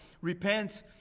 repent